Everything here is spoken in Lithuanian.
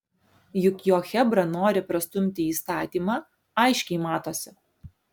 juk jo chebra nori prastumti įstatymą aiškiai matosi